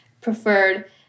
preferred